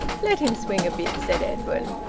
let him swing a bit, said edwin.